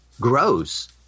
grows